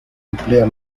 emplea